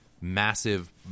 massive